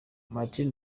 martin